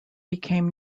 became